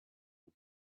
the